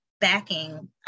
backing